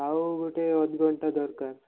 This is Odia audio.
ଆଉ ଗୋଟେ ଅଧଘଣ୍ଟା ଦରକାର